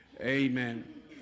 Amen